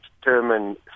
determine